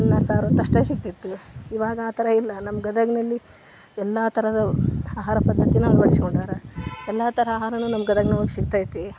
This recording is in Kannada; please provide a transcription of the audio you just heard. ಅನ್ನ ಸಾರು ಅಂತ ಅಷ್ಟೇ ಸಿಗ್ತಿತ್ತು ಇವಾಗ ಆ ಥರ ಇಲ್ಲ ನಮ್ಮ ಗದಗಿನಲ್ಲಿ ಎಲ್ಲ ಥರದ ಆಹಾರ ಪದ್ದತಿನ ಅಳವಡಿಸ್ಕೊಂಡಾರ ಎಲ್ಲ ತರಹ ಆಹಾರವೂ ನಮ್ಮ ಗದಗ್ನೊಳಗೆ ಸಿಗ್ತೈತಿ